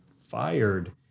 fired